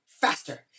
faster